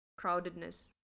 crowdedness